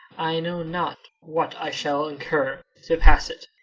i know not what i shall incur to pass it,